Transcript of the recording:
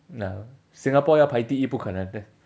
no singapore 要排第一不可能的